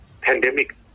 pandemic